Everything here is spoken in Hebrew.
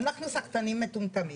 אנחנו שחקנים מטומטמים.